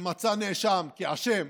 שמצא נאשם כאשם